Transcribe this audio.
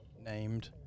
named